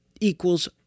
equals